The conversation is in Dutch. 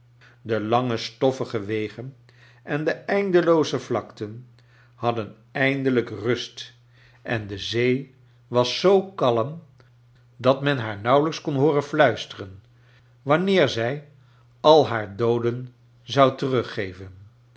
de lange stoffige wegen en de eindelooze vlakten hadden eindelijk rust en de we was kleine dorrit zoo kalm dat men haar nauwelijks kon hooren fluisteren wanneer zij al haar dooden zou teruggeven